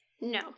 No